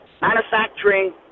manufacturing